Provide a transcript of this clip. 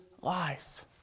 life